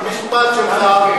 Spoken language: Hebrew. המשפט שלך,